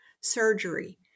surgery